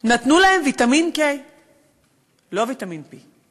נתנו להם ויטמין K. לא ויטמין P,